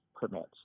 permits